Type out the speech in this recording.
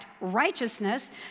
righteousness